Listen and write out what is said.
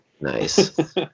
Nice